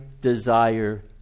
desire